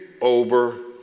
over